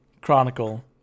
Chronicle